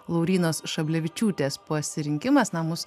laurynos šablevičiūtės pasirinkimas na mus